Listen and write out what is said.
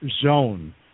zone